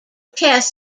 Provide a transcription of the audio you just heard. test